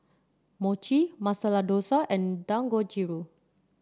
Mochi Masala Dosa and Dangojiru